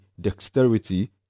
dexterity